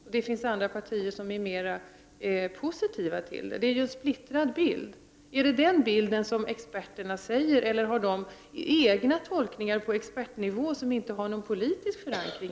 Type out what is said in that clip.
Det finns andra partier som är mera positiva. Det är ju en splittrad bild. Är det den bilden som experterna visar? Eller har de egna tolkningar på expertnivå som inte har någon politisk förankring?